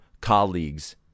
colleagues